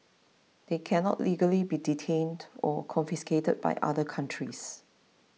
they cannot legally be detained or confiscated by other countries